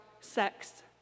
sex